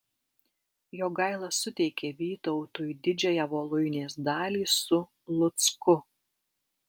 jogaila suteikė vytautui didžiąją voluinės dalį su lucku